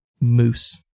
Moose